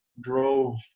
drove